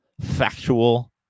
factual